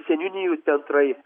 seniūnijų teatrai